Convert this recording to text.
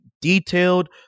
detailed